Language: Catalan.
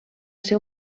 ser